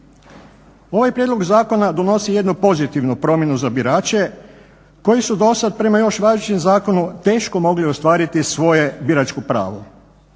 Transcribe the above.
Ovaj prijedlog zakona donosi jednu pozitivnu promjenu za birače koji su dosad prema još važećem zakonu teško mogli ostvariti svoje biračko pravo.